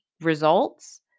results